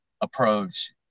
approach